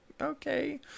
okay